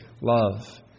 Love